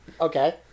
Okay